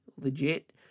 legit